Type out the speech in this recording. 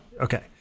okay